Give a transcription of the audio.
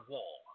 Wall